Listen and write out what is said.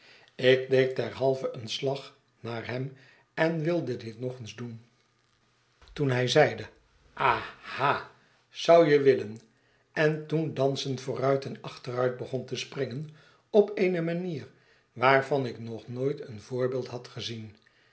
ik deed derhalve een slag naar hem en wilde dit nog eens doen toen hij zeide aha zou je willen en toen dansend vooruit en achteruit begon te springen op eene manier waarvan ik nog nooit een voorbeeld had gezien